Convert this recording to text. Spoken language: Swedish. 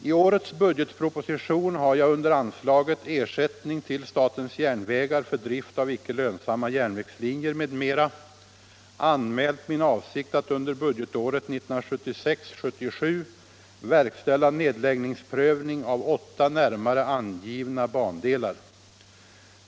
I årets budgetproposition har jag under anslaget ”Ersättning till statens järnvägar för drift av icke lönsamma järnvägslinjer m.m.” anmält min avsikt att under budgetåret 1976/77 verkställa nedläggningsprövning av åtta närmare angivna bandelar.